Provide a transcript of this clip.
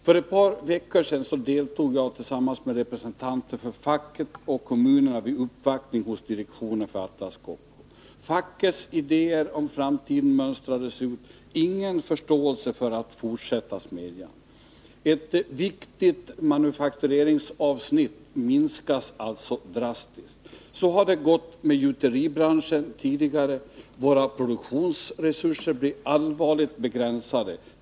För ett par veckor sedan deltog jag tillsammans med representanter för facket och kommunerna i en uppvaktning för direktionen för Atlas Copco. Fackets idéer om framtiden mönstrades ut. Det fanns ingen förståelse för att fortsätta driften vid smedjan. Ett viktigt manufaktureringsavsnitt minskas alltså drastiskt. Så har det tidigare gått med gjuteribranschen. Våra produktionsresurser blir allvarligt begränsade.